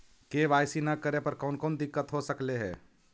KYC न करे पर कौन कौन दिक्कत हो सकले हे?